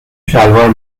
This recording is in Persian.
شلوار